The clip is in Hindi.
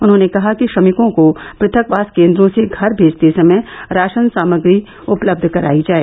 उन्होंने कहा कि श्रमिकों को पथकवास केंद्रों से घर भेजते समय राशन सामग्री उपलब्ध करायी जाए